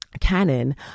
canon